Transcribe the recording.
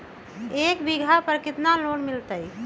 एक बीघा पर कितना लोन मिलता है?